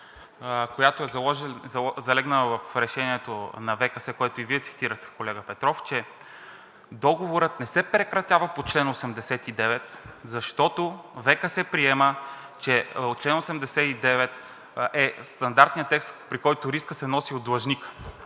която е залегнала в решението на ВКС, което и Вие цитирахте, колега Петров, че договорът не се прекратява по чл. 89, защото ВКС приема, че чл. 89 е стандартният текст, при който рискът се носи от длъжника.